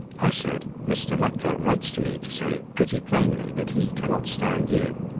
i said mr. mutlar writes to me to say pretty plainly that he cannot stand you!